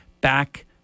back